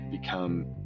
become